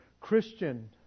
Christian